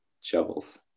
shovels